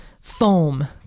foam